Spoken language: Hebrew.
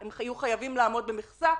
הם יהיו חייבים לעמוד במכסה.